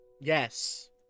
Yes